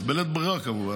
בלית ברירה כמובן,